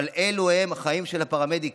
אבל אלה הם החיים של הפרמדיקים.